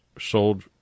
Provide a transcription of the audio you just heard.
sold